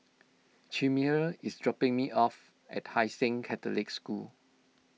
Chimere is dropping me off at Hai Sing Catholic School